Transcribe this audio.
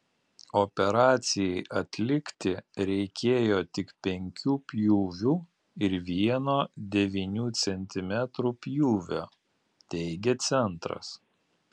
operacijai atlikti reikėjo tik penkių pjūvių ir vieno devynių centimetrų pjūvio teigia centras